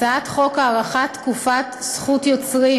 הצעת חוק הארכת תקופת זכות יוצרים